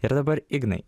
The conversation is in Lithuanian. ir dabar ignai